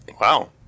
Wow